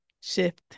shift